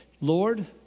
Lord